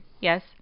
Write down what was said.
Yes